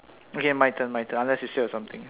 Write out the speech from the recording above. okay okay my turn my turn unless you still have something